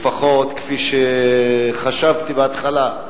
לפחות כפי שחשבתי בהתחלה.